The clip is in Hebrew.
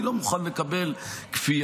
אני לא מוכן לקבל כפייה.